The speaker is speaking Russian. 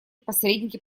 посредники